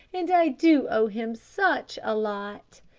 and i do owe him such a lot.